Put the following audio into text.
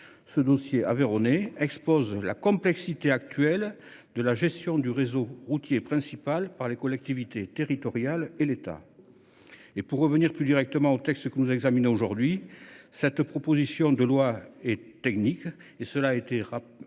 Ce dossier aveyronnais expose la complexité actuelle de la gestion du réseau routier principal par les collectivités territoriales et l’État. Pour revenir plus directement au texte que nous examinons, cette proposition de loi est technique, comme l’ont rappelé